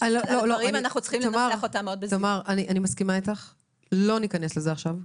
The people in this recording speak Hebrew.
שאנחנו צריכים לנסח את הדברים מאוד בזהירות --- לא ניכנס לזה עכשיו,